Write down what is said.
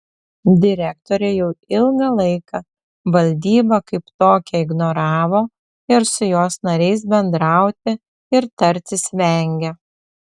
direktorė jau ilgą laiką valdybą kaip tokią ignoravo ir su jos nariais bendrauti ir tartis vengė